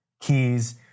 keys